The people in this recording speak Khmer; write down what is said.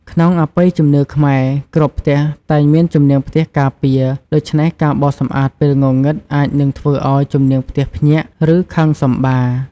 ក្នុងអបិយជំនឿខ្មែរ គ្រប់ផ្ទះតែងមានជំនាងផ្ទះការពារ ដូច្នេះការបោសសម្អាតពេលងងឹតអាចនឹងធ្វើឱ្យជំនាងផ្ទះភ្ញាក់ ឬខឹងសម្បារ។